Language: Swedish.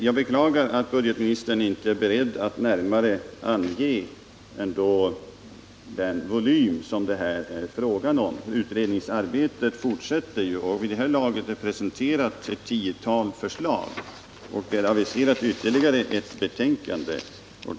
Jag beklagar att budgetministern inte är beredd att närmare ange den volym som det här är fråga om. Utredningsarbetet fortsätter ju — vid det här laget är ett tiotal förslag presenterade, och ytterligare ett betänkande är aviserat.